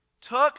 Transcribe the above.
took